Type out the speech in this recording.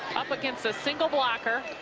up against a single blocker,